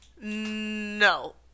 No